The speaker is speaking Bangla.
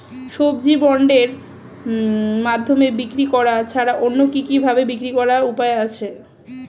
সবজি বন্ডের মাধ্যমে বিক্রি করা ছাড়া অন্য কি কি ভাবে বিক্রি করার উপায় আছে?